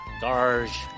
Garge